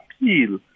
appeal